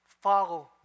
follow